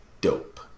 dope